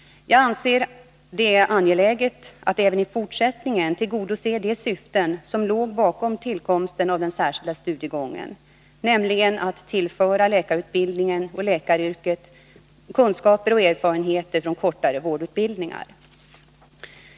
Jag anser det angeläget att även i fortsättningen tillgodose de syften som låg bakom tillkomsten av den särskilda studiegången, nämligen att tillföra läkarutbildningen och läkaryrket kunskaper och erfarenheter från kortare vårdutbildningar.